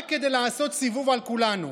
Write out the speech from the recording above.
רק כדי לעשות סיבוב על כולנו.